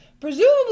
Presumably